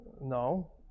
No